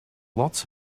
lots